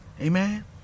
Amen